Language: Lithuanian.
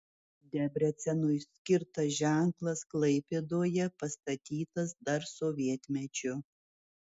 debrecenui skirtas ženklas klaipėdoje pastatytas dar sovietmečiu